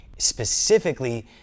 specifically